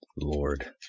lord